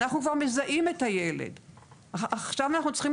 אנחנו צריכים